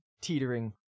teetering